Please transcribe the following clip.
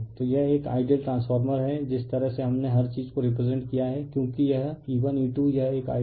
तो यह एक आइडियल ट्रांसफार्मर है जिस तरह से हमने हर चीज को रिप्रेसेंट किया है क्योंकि यह E1E2 यह एक आइडियल ट्रांसफार्मर है जो यहां लिखा गया है